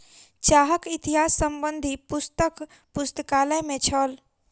चाहक इतिहास संबंधी पुस्तक पुस्तकालय में छल